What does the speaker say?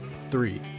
three